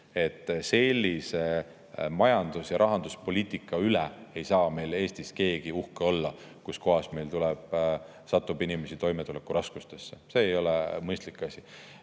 Sellise majandus‑ ja rahanduspoliitika üle ei saa meil Eestis keegi uhke olla, kus meil satub inimesi toimetulekuraskustesse – see ei ole mõistlik asi.